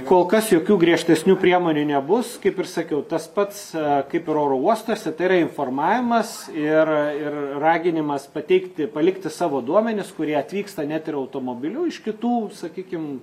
kol kas jokių griežtesnių priemonių nebus kaip ir sakiau tas pats kaip ir oro uostuose tai yra informavimas ir ir raginimas pateikti palikti savo duomenis kurie atvyksta net ir automobiliu iš kitų sakykim